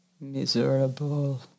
Miserable